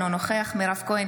אינו נוכח מירב כהן,